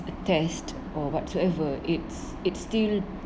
the test or whatsoever it's it's still